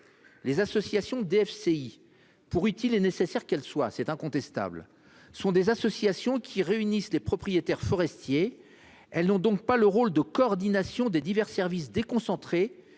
Les associations de DFCI, pour utiles et nécessaires qu'elles soient, sont des associations qui réunissent les propriétaires forestiers. Elles n'ont donc pas le rôle de coordination des divers services déconcentrés